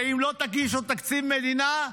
ואם לא תגישו תקציב מדינה,